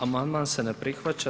Amandman se ne prihvaća.